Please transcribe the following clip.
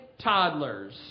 toddlers